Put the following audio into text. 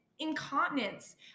incontinence